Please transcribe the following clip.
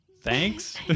thanks